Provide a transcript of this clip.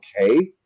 okay